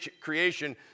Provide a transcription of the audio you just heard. creation